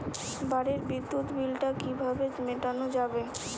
বাড়ির বিদ্যুৎ বিল টা কিভাবে মেটানো যাবে?